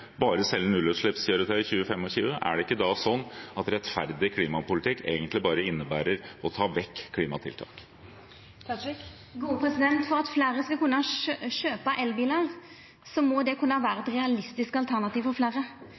nullutslippskjøretøy i 2025, er det ikke da sånn at rettferdig klimapolitikk egentlig bare innebærer å ta vekk klimatiltak? For at fleire skal kunne kjøpa elbilar, må det vera eit realistisk alternativ for